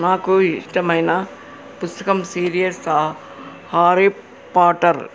నాకు ఇష్టమైన పుస్తకం సిరీస్ హ్యారీ పాటర్